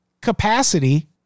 capacity